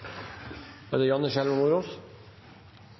Da er det